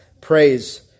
Praise